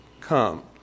come